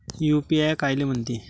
UPI कायले म्हनते?